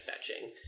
fetching